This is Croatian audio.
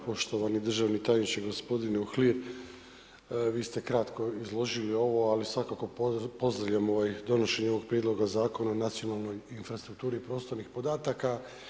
Poštovani državni tajniče gospodine Uhlir, vi ste kratko izložili ovo, ali svakako pozdravljam donošenje ovoga Prijedloga zakona o nacionalnoj infrastrukturi prostornih podataka.